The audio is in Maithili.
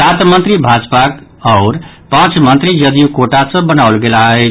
सात मंत्री भाजपाक आओर पांच मंत्री जदयू कोटा सँ बनाओल गेल अछि